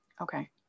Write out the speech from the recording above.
Okay